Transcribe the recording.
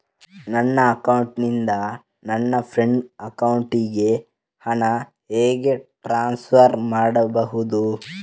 ನನ್ನ ಅಕೌಂಟಿನಿಂದ ನನ್ನ ಫ್ರೆಂಡ್ ಅಕೌಂಟಿಗೆ ಹಣ ಹೇಗೆ ಟ್ರಾನ್ಸ್ಫರ್ ಮಾಡುವುದು?